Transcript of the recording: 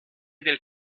del